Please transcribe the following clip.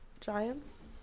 Giants